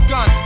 Gun